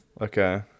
Okay